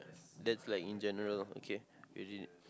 that's like in general okay